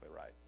right